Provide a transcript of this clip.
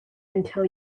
until